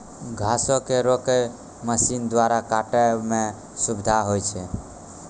घासो क rake machine द्वारा काटै म सुविधा होय छै